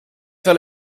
wel